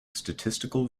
statistical